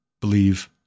believe